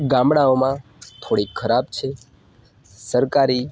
ગામડાઓમાં થોડીક ખરાબ છે સરકારી